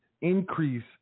increase